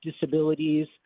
disabilities